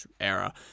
era